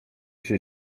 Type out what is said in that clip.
się